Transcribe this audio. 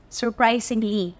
surprisingly